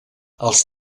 els